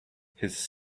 his